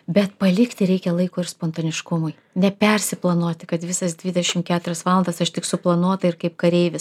bet palikti reikia laiko ir spontaniškumui ne persiplanuoti kad visas dvidešimt keturias valandas aš tik suplanuota ir kaip kareivis